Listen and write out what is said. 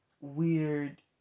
weird